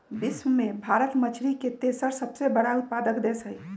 विश्व में भारत मछरी के तेसर सबसे बड़ उत्पादक देश हई